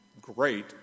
great